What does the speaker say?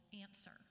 answer